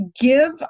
give